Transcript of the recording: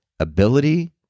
ability